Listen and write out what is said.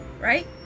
Right